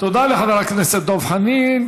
תודה לחבר הכנסת דב חנין.